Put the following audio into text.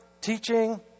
teaching